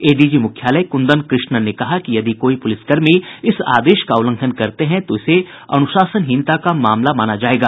ADG मुख्यालय कुंदन कृष्णन ने कहा कि यदि कोई पुलिसकर्मी इस आदेश का उल्लंघन करते हैं तो इसे अनुशासनहीनता का मामला माना जायेगा